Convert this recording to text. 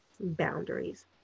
boundaries